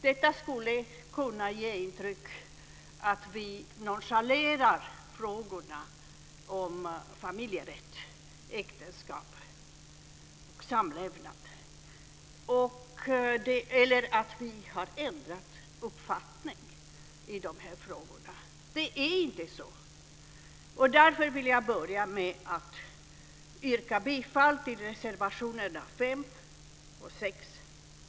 Det skulle kunna ge intrycket att vi nonchalerar frågorna om familjerätt, äktenskap och samlevnad eller att vi har ändrat uppfattning i de frågorna. Det är inte så. Därför vill jag börja med att yrka bifall till reservationerna 5 och 6.